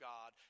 God